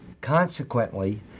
Consequently